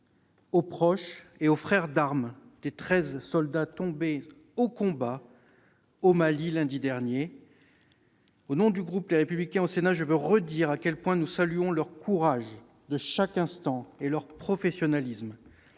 aux proches et aux frères d'armes des treize soldats tombés au combat, au Mali, lundi dernier. Au nom du groupe Les Républicains du Sénat, je veux redire à quel point nous saluons leur courage de chaque instant et leur professionnalisme.